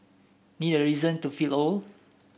need a reason to feel old